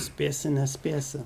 spėsi nespėsi